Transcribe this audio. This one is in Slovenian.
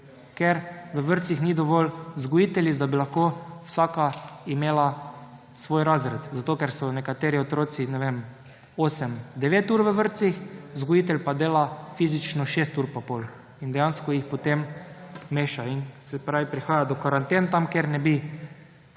ker v vrtcih ni dovolj vzgojiteljic, da bi lahko vsaka imela svoj razred, zato ker so nekateri otroci 8 ali 9 ur v vrtcih, vzgojitelj pa dela fizično šest ur in pol in dejansko se jih potem meša in prihaja do karanten tam, kjer ne bi